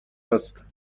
است